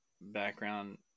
background